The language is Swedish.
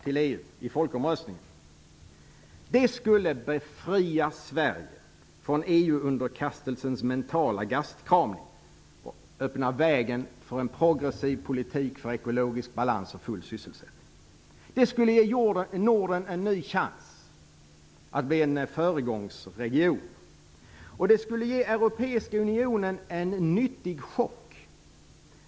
Sverige från EU-underkastelsens mentala gastkramning och öppna vägen för en progressiv politik för ekologisk balans och full sysselsättning. Det skulle ge Norden en ny chans att bli en föregångsregion. Det skulle ge Europeiska unionen en nyttig chock.